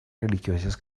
religiosas